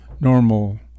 normal